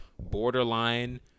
borderline